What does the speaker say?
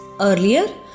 earlier